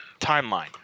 timeline